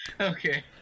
Okay